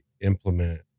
implement